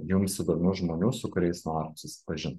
jums įdomių žmonių su kuriais norit susipažint